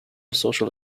social